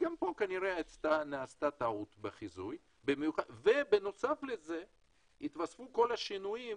וגם פה נעשתה כנראה טעות בחיזוי ובנוסף לזה התווספו כל השינויים